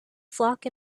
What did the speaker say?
flock